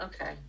okay